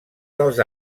dels